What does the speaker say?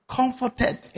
comforted